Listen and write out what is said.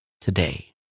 today